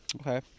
Okay